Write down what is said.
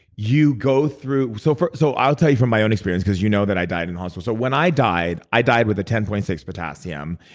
you go through. so so i'll tell you from my own experience, because you know that i died in the hospital. so when i died, i died with a ten point six potassium.